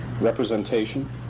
representation